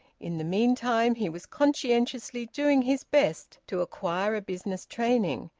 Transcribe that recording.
in the meantime he was conscientiously doing his best to acquire a business training,